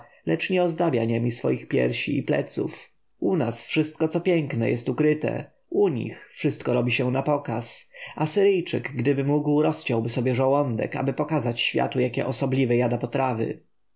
lecz nie ozdabia niemi swoich piersi i pleców u nas wszystko co piękne jest ukryte u nich wszystko robi się na pokaz asyryjczyk gdyby mógł rozciąłby sobie żołądek aby pokazać światu jakie osobliwe jada potrawy